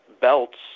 belts